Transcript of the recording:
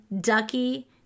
Ducky